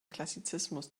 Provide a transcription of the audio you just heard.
klassizismus